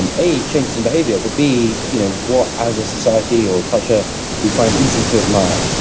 um a changes in behavior, but b you know what as a society or culture we find easy to admire.